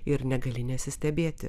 ir negali nesistebėti